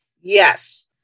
yes